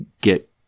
get